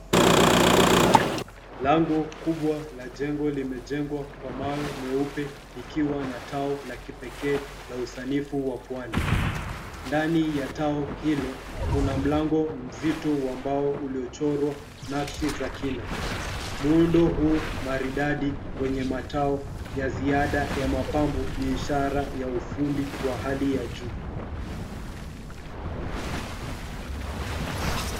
Lango kubwa la jengo limejengwa kwa mawe meupe ikiwa na tao la kipekee la usanifu wa pwani. Ndani ya tao hilo, kuna mlango mzito wa mbao uliochorwa nakshi za kina. Muundo huu maridadi wenye matao ya ziada ya mapambo ni ishara ya ufundi wa hali ya juu.